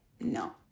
no